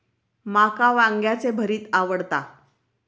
माका वांग्याचे भरीत आवडता